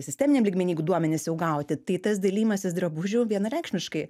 sisteminiam lygmeny jeigu duomenys jau gauti tai tas dalijimasis drabužių vienareikšmiškai